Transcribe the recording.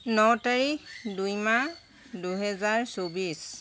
ন তাৰিখ দুই মাহ দুহেজাৰ চৌব্বিছ